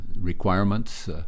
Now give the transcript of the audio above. requirements